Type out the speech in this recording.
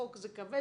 חוק זה כבד,